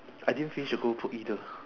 I didn't finish the keropok either